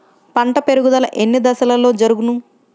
పంట పెరుగుదల ఎన్ని దశలలో జరుగును?